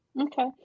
Okay